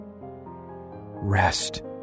rest